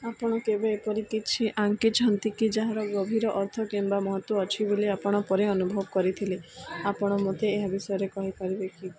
ଆପଣ କେବେ ଏପରି କିଛି ଆଙ୍କିଛନ୍ତି କି ଯାହାର ଗଭୀର ଅର୍ଥ କିମ୍ବା ମହତ୍ତ୍ୱ ଅଛି ବୋଲି ଆପଣ ପରେ ଅନୁଭବ କରିଥିଲେ ଆପଣ ମତେ ଏହା ବିଷୟରେ କହିପାରିବେ କି